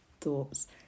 thoughts